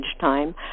time